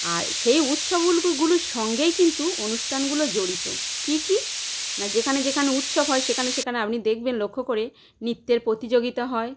আর সেই উৎসব গুলির সঙ্গেই কিন্তু অনুষ্ঠানগুলো জড়িত কি কি না যেখানে যেখানে উৎসব হয় সেখানে সেখানে আপনি দেখবেন লক্ষ্য করে নিত্যের প্রতিযোগিতা হয়